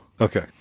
Okay